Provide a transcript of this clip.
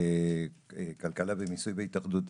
כלכלה ומיסוי בהתאחדות.